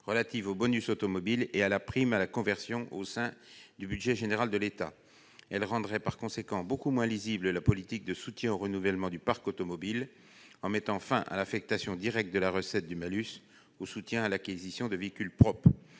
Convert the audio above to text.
relatives au bonus automobile et à la prime à la conversion au sein du budget général de l'État. Elle rendrait par conséquent beaucoup moins lisible la politique de soutien au renouvellement du parc automobile, en mettant fin à l'affectation directe de la recette du malus au soutien à l'acquisition de véhicules propres.